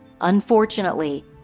Unfortunately